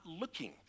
looking